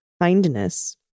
kindness